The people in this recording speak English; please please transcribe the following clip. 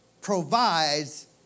provides